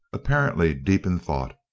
apparently deep in thought.